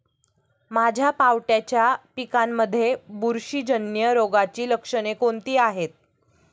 माझ्या पावट्याच्या पिकांमध्ये बुरशीजन्य रोगाची लक्षणे कोणती आहेत?